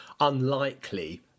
unlikely